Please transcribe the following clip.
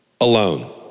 alone